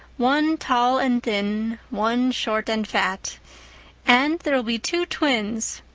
one tall and thin, one short and fat and there will be two twins,